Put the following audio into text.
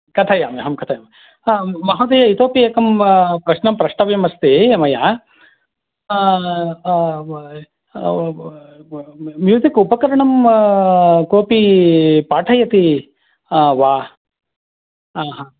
कथयामि अहं कथयामि महोदय इतोपि एकं प्रश्नं प्रष्टव्यमस्ति मया म्यूसिक् उपकरणं कोपि पाठयति वा आहा